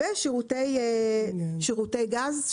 ושירותי גז,